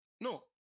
no